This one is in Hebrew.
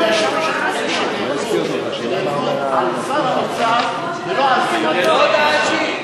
הדברים שנאמרו נאמרו על שר האוצר ולא על סגן שר האוצר,